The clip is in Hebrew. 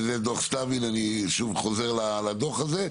וזה דו"ח סלבין אני שוב חוזר לדו"ח הזה.